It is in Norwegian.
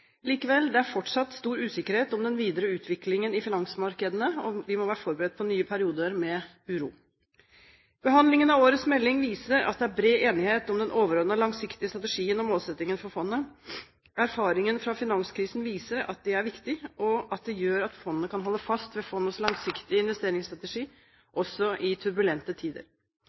Likevel, det er fortsatt stor usikkerhet om den videre utviklingen i finansmarkedene, og vi må være forberedt på nye perioder med uro. Behandlingen av årets melding viser at det er bred enighet om den overordnede langsiktige strategien om målsettingen for fondet. Erfaringene fra finanskrisen viser at det er viktig, og at fondet kan holde fast ved fondets langsiktige investeringsstrategi også i turbulente tider.